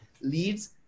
leads